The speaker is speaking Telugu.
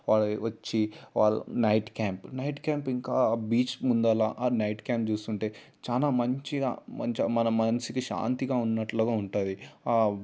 వాళ్ళు వచ్చి వాళ్ళు నైట్ క్యాంప్ నైట్ క్యాంప్ ఇంకా బీచ్ ముందర ఆ నైట్ క్యాంప్ చూస్తుంటే చాలా మంచిగా మన మనిషికి శాంతిగా ఉన్నట్లుగా ఉంటుంది